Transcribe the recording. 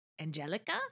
angelica